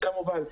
כמובן.